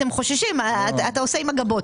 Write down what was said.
מה אתה עושה עם הגבות?